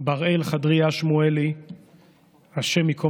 בראל חדריה שמואלי הי"ד.